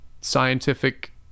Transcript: scientific